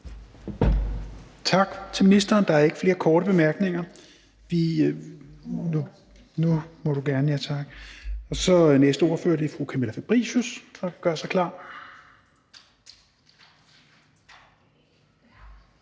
Tak til ministeren. Der er ikke flere korte bemærkninger. Den næste ordfører er fru Camilla Fabricius,